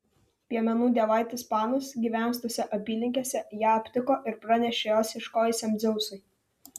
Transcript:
piemenų dievaitis panas gyvenęs tose apylinkėse ją aptiko ir pranešė jos ieškojusiam dzeusui